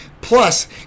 plus